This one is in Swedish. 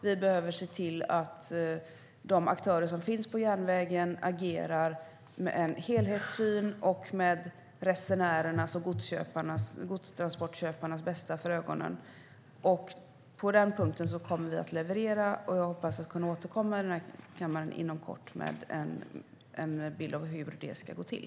Vi behöver se till att de aktörer som finns på järnvägen agerar med en helhetssyn och med resenärernas och godstransportköparnas bästa för ögonen. På den punkten kommer vi att leverera, och jag hoppas kunna återkomma i den här kammaren inom kort med en bild av hur det ska gå till.